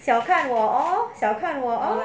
小看我哦小看我